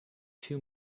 too